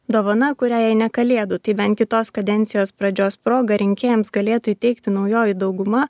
dovana kurią jei ne kalėdų tai bent kitos kadencijos pradžios proga rinkėjams galėtų įteikti naujoji dauguma